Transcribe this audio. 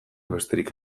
besterik